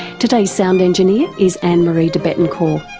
today's sound engineer is ann-marie de bettencor,